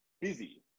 busy